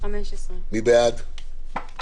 הסתייגות מס' 3. מי בעד ההסתייגות?